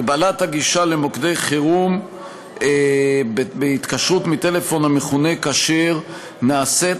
הגבלת הגישה למוקדי חירום בהתקשרות מטלפון המכונה "כשר" נעשית